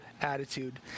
attitude